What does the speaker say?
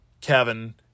Kevin